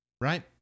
Right